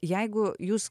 jeigu jūs